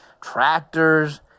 tractors